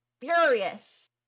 furious